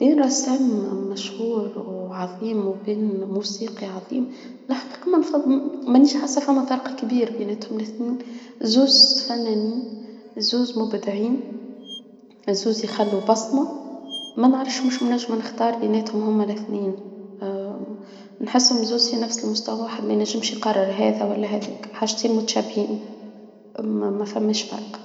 بين رسام مشهور وعظيم وموسيقي عظيم بنحس منيش حاسة فيهم فرق كبير بينتهم الاتنين زوس فنانين زوس مبدعين زوس يخلوا بصمة منيش نعرف نختار بينتهم هما الاتنين منحسهم زوس في نفس المستوى حاجتين متشابهين الواحد مينجمش يقرر هذا ولا هذا حاجتين متشابهين بينهمش فرق